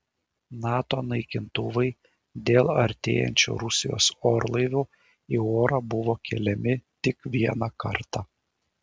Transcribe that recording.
nato naikintuvai dėl artėjančių rusijos orlaivių į orą buvo keliami tik vieną kartą